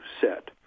set